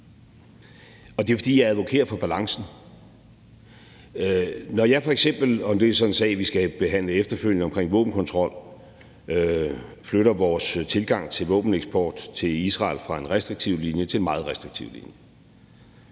og det er, fordi jeg advokerer for balancen. Når jeg f.eks., og det er så en sag, vi skal behandle efterfølgende omkring våbenkontrol, flytter vores tilgang til våbeneksport til Israel fra en restriktiv linje til en meget restriktiv linje,